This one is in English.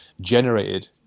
generated